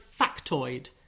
factoid